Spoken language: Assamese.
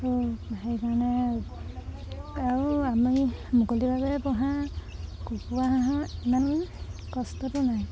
সেইকাৰণে আৰু আমি মুকলি ভাবেৰে পোহা কুকুৰা হাঁহৰ ইমান কষ্টটো নাই